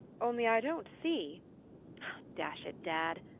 only i don't see dash it, dad,